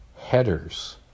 headers